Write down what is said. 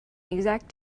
exact